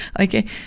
Okay